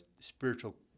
spiritual